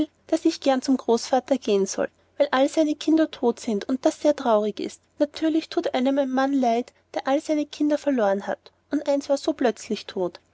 daß ich gern zum großpapa gehen soll weil all seine kinder tot sind und das sehr traurig ist natürlich thut einem ein mann leid der all seine kinder verloren hat und eins war so plötzlich tot